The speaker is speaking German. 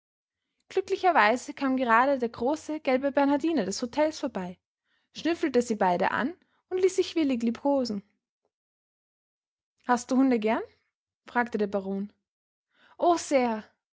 glücklicherweise kam gerade der große gelbe bernhardiner des hotels vorbei schnüffelte sie beide an und ließ sich willig liebkosen hast du hunde gern fragte der baron o sehr